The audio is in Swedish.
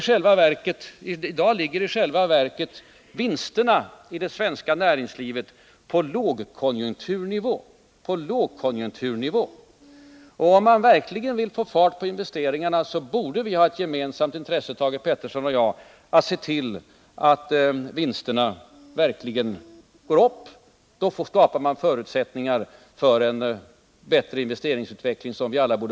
I dag ligger i själva verket vinsterna i det svenska näringslivet på lågkonjunkturnivå. Om man verkligen vill få fart på investeringarna borde vi ha ett gemensamt intresse, Thage Peterson och jag, att se till att vinsterna går upp. Då skapas förutsättningar för en bättre investeringsutveckling.